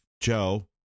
Joe